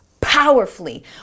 powerfully